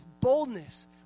boldness